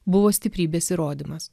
buvo stiprybės įrodymas